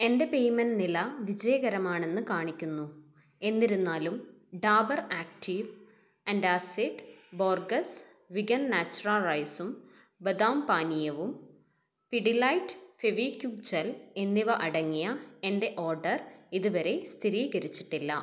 എന്റെ പേയ്മെൻറ് നില വിജയകരമാണെന്ന് കാണിക്കുന്നു എന്നിരുന്നാലും Dabur active antacid Borges vegan natura റൈസും ബദാം പാനീയവും പിഡിലൈറ്റ് ഫെവിക്വിക് ജെൽ എന്നിവ അടങ്ങിയ എന്റെ ഓർഡർ ഇതുവരെ സ്ഥിരീകരിച്ചിട്ടില്ല